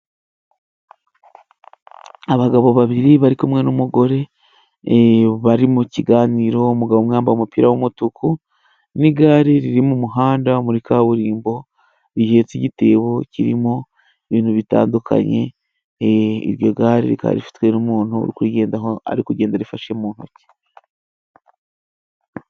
Abagabo babiri bari kumwe n'umugore bari mu kiganiro .Umugabo umwe yambaye umupira w'umutuku n'igare riri mu muhanda muri kaburimbo rihetse igitebo kirimo ibintu bitandukanye . Iryo gare rikaba rifitwe n'umuntu uri kurigendaho ari kugenda arifashe mu ntoki.